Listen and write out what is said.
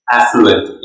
affluent